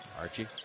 Archie